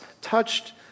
touched